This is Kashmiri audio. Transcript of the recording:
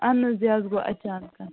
اہن حظ یہِ حظ گوٚو اچانک